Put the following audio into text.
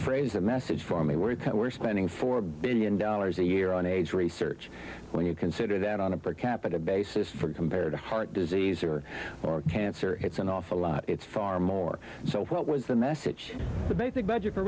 phrase a message for me where we're spending four billion dollars a year on aids research when you consider that on a per capita basis for compared to heart disease or cancer it's an awful lot it's far more so what was the message the basic budget for